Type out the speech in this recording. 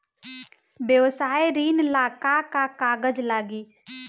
व्यवसाय ऋण ला का का कागज लागी?